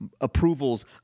approvals